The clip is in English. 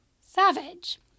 Savage